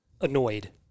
annoyed